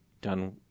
done